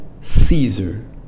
Caesar